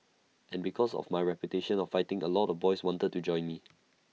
and because of my reputation of fighting A lot of boys wanted to join me